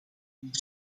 niet